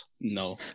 No